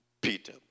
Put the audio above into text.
Peter